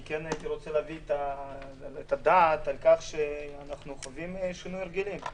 אני רוצה להביע ולהסב את הדעת על כך שאנחנו חווים שינוי הרגלים.